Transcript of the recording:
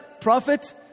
prophet